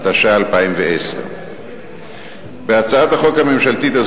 התשע"א 2010. בהצעת החוק הממשלתית הזאת